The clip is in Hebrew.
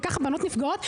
וכך בנות נפגעות.